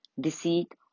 deceit